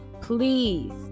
please